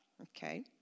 Okay